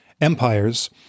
empires